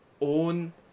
own